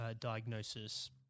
diagnosis